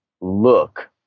look